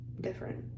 different